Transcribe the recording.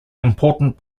important